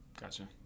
Gotcha